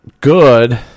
Good